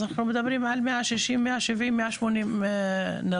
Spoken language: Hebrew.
אנחנו מדברים על 160, 170, 180 נרצחים.